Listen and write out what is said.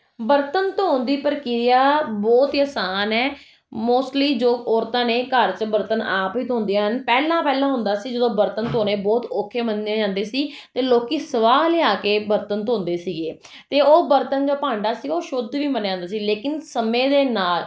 ਬਰਤਨ ਧੋਣ ਦੀ ਪ੍ਰਕਿਰਿਆ ਬਹੁਤ ਆਸਾਨ ਹੈ ਮੋਸਟਲੀ ਜੋ ਔਰਤਾਂ ਨੇ ਘਰ 'ਚ ਬਰਤਨ ਆਪ ਹੀ ਧੋਂਦੀਆਂ ਹਨ ਪਹਿਲਾਂ ਪਹਿਲਾਂ ਹੁੰਦਾ ਸੀ ਜਦੋਂ ਬਰਤਨ ਧੋਣੇ ਬਹੁਤ ਔਖੇ ਮੰਨੇ ਜਾਂਦੇ ਸੀ ਅਤੇ ਲੋਕੀ ਸਵਾਹ ਲਿਆ ਕੇ ਬਰਤਨ ਧੋਂਦੇ ਸੀਗੇ ਅਤੇ ਉਹ ਬਰਤਨ ਜੋ ਭਾਂਡਾ ਸੀ ਉਹ ਸ਼ੁੱਧ ਵੀ ਮੰਨਿਆ ਹੁੰਦਾ ਸੀ ਲੇਕਿਨ ਸਮੇਂ ਦੇ ਨਾਲ